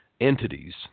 entities